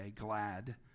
glad